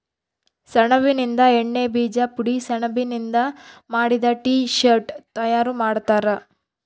ಸೆಣಬಿನಿಂದ ಎಣ್ಣೆ ಬೀಜ ಪುಡಿ ಸೆಣಬಿನಿಂದ ಮಾಡಿದ ಟೀ ಶರ್ಟ್ ತಯಾರು ಮಾಡ್ತಾರ